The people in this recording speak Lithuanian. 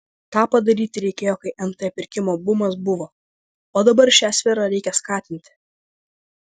tą padaryti reikėjo kai nt pirkimo bumas buvo o dabar šią sferą reikia skatinti